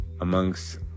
amongst